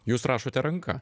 jūs rašote ranka